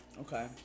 Okay